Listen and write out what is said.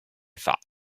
thought